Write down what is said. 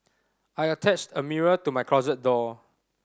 I attached a mirror to my closet door